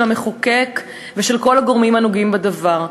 המחוקק ושל כל הגורמים הנוגעים בדבר.